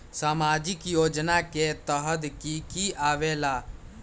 समाजिक योजना के तहद कि की आवे ला?